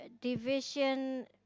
division